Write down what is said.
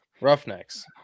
Roughnecks